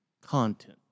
content